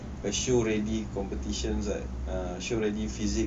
assure already competitions like ah showed any physic